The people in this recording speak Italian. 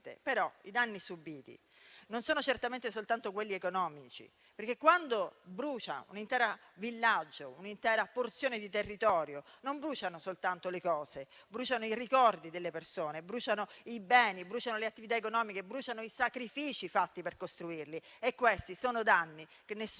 però i danni subiti non sono certamente soltanto quelli economici, perché, quando bruciano un intero villaggio e un'intera porzione di territorio, non bruciano soltanto le cose, ma i ricordi delle persone, i beni, le attività economiche e i sacrifici fatti per costruirle e questi sono danni che nessuna